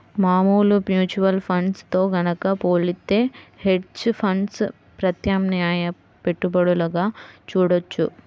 మామూలు mutual funds తో గనక పోలిత్తే హెడ్జ్ ఫండ్స్ ప్రత్యామ్నాయ పెట్టుబడులుగా చూడొచ్చు